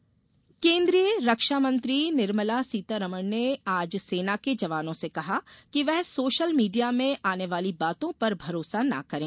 रक्षामंत्री केन्द्रीय रक्षामंत्री निर्मला सीतारमन ने आज सेना के जवानों से कहा कि वे सोशल मीडिया में आने वाली बातों पर भरोसा न करे